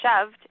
shoved